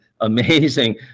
amazing